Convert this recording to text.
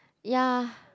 ya